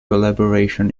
collaboration